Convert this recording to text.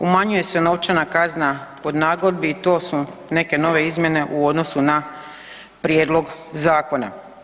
Umanjuje se novčana kazna kod nagodbi i to su neke nove izmjene u odnosu na prijedlog zakona.